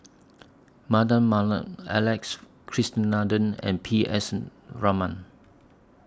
Mardan Mamat Alex and P S Raman